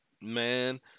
Man